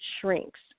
shrinks